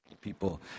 people